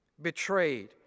Betrayed